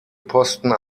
posten